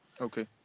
Okay